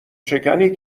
شکنی